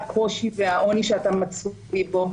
הקושי והעוני שאתה מצוי בו.